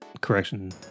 Correction